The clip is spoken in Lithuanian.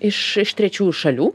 iš iš trečiųjų šalių